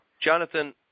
Jonathan